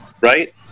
right